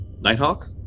Nighthawk